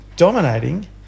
dominating